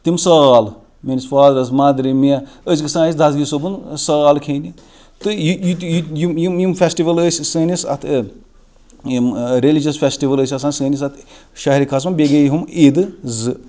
تِم سال میٲنِس فادرَس مَدرِ مےٚ ٲسۍ گَژھان أسۍ دَسگیٖر صٲبُن سال کھیٚنہِ تہٕ یِم یِم فیسٹِول ٲسۍ سٲنس اَتھ یِم ریلِجیس فیسٹِول ٲسۍ آسان سٲنِس اَتھ شہرِ خاصَس منٛز بیٚیہِ گٔے ہُم عیٖدٕ زٕ